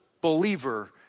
believer